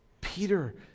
Peter